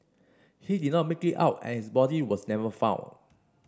he did not make it out and his body was never found